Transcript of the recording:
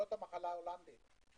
זו המחלה ההולנדית.